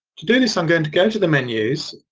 to do this i'm going to go to the menus.